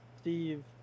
Steve